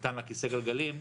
נתן לה כיסא גלגלים,